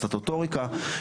סטטוטוריקה,